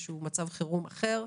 איזה מצב חירום אחר.